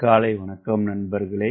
காலை வணக்கம் நண்பர்களே